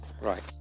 right